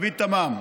משה תמם,